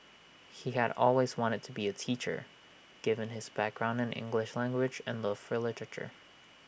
he had always wanted to be A teacher given his background in English language and love for literature